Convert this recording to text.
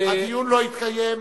הדיון לא יתקיים.